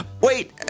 Wait